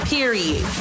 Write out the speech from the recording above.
Period